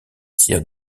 tiers